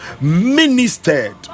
ministered